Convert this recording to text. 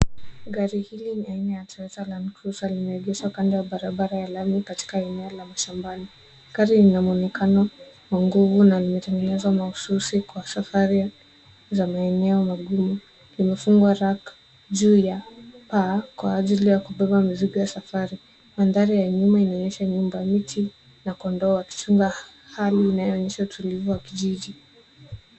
Gari hili ni aina ya Toyota Land Cruiser limeegeshwa kando ya barabara ya lami katika eneo la mashambani. Gari lina muonekano wa nguvu na limetengenezwa mahsusi kwa safari za maeneo magumu. Limefungwa rack ju ya paa, kwa ajili ya kubeba mizigo ya safari. Mandhari ya nyuma inaonyesha nyumba, miti, na kondoo, wakichunga. Hali inayoonyesha utulivu wa kijiji.